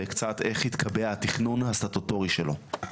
וקצת איך התקבע התכנון הסטטוטורי שלו.